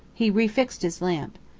he re-fixed his lamp.